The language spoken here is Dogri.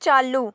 चाल्लू